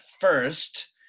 first